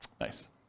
Nice